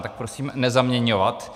Tak prosím nezaměňovat.